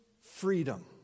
freedom